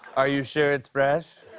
are you sure it's fresh?